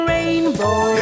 Rainbow